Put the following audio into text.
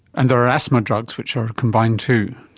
and there are asthma drugs which are combined too.